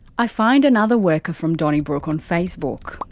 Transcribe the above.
i find another worker from donnybrook on facebook.